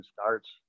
starts